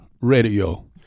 radio